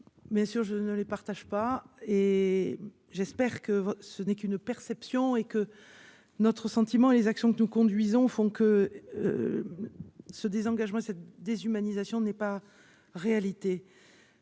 Bien sûr je ne les partage pas et j'espère que ce n'est qu'une perception et que. Notre sentiment, les actions que nous conduisons font que. Ce désengagement cette déshumanisation n'est pas réalité.